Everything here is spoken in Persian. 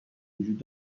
وجود